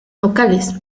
locales